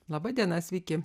laba diena sveiki